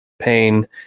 pain